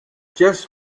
just